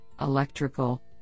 Electrical